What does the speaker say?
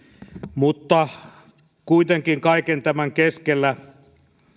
mutta kuitenkin kaiken tämän keskellä